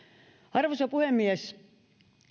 arvoisa puhemies